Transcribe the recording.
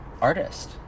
artist